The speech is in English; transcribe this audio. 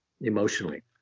emotionally